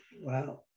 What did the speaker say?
Wow